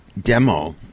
demo